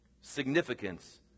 Significance